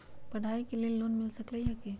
पढाई के लेल लोन मिल सकलई ह की?